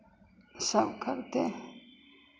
सब करते हैं